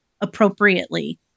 appropriately